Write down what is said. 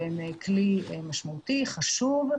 שהם כלי משמעותי וחשוב.